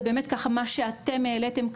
זה באמת ככה מה שאתם העליתם כאן,